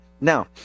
now